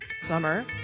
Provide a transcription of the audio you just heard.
Summer